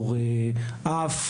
הספורט עד אין-סוף.